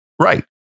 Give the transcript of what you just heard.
right